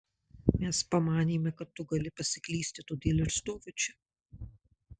mes pamanėme kad tu gali pasiklysti todėl ir stoviu čia